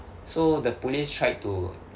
so the police tried to